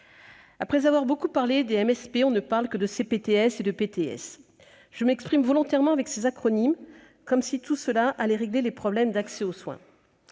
Après avoir beaucoup parlé des MSP, on ne parle désormais que de CPTS et de PTS ! Je m'exprime volontairement avec ces acronymes, comme si tout cela allait régler les problèmes d'accès aux soins.